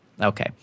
Okay